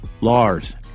Lars